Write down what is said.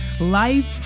Life